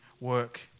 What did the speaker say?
work